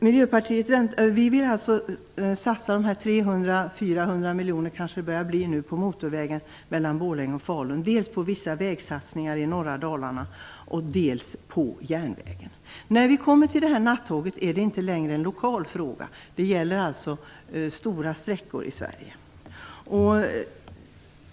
Miljöpartiet vill alltså satsa de 300 miljonerna - det kanske är 400 miljoner nu - på motorvägen mellan Borlänge och Falun, på vägsatsningar i norra Dalarna och på järnvägen. Frågan om nattåget är inte längre någon lokal fråga. Det handlar om stora sträckor i Sverige.